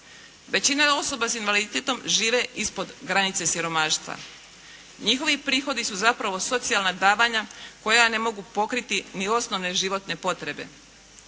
Većina osoba s invaliditetom žive ispod granice siromaštva. Njihovi prihodi su zapravo socijalna davanja koja ne mogu pokriti ni osnovne životne potrebe.